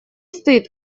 стыд